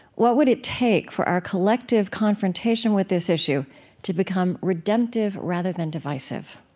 what would it take for our collective confrontation with this issue to become redemptive rather than divisive?